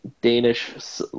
Danish